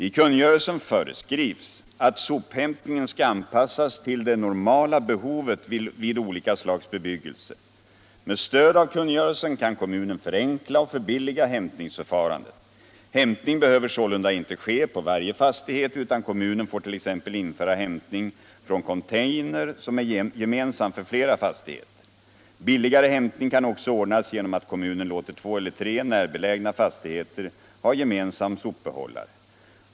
I kungörelsen föreskrivs att sophämtningen skall anpassas till det normala behovet vid olika slags bebyggelse. Med stöd av kungörelsen kan kommunen förenkla och förbilliga hämtningsförfarandet. Hämtning behöver sålunda inte ske på varje fastighet, utan kommunen får t.ex. införa hämtning från container som är gemensam för flera fastigheter. Billigare hämtning kan också ordnas genom att kommunen låter två eller tre närbelägna fastigheter ha gemensam sopbehållare.